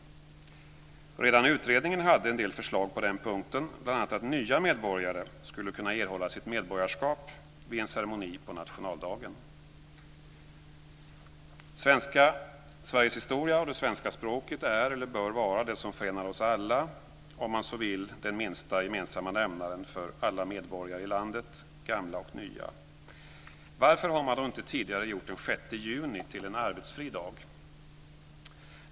Redan utredningen hade en del förslag på den punkten, bl.a. att nya medborgare skulle kunna erhålla sitt medborgarskap vid en ceremoni på nationaldagen. Sveriges historia och det svenska språket är - eller bör vara - det som förenar oss alla, om man så vill den minsta gemensamma nämnaren för alla medborgare i landet, gamla och nya. Varför har man då inte tidigare gjort den 6 juni till en arbetsfri dag?